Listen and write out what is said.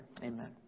Amen